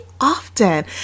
often